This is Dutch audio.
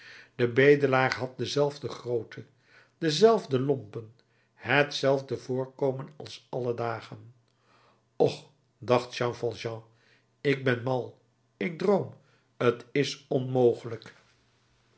de bedelaar had dezelfde grootte dezelfde lompen hetzelfde voorkomen als alle dagen och dacht jean valjean ik ben mal ik droom t is onmogelijk